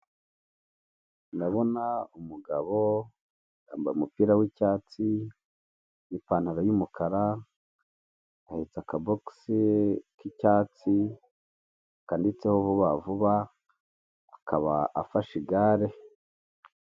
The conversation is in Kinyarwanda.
Ndabona umugabo, yambaye umupira w'icyatsi, ipantaro y'umukara, ahetse akabokisi k'icyatsi, kanditseho vuba vuba, akaba afashe igare.